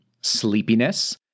sleepiness